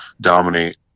dominate